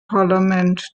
parlament